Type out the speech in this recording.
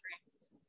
dreams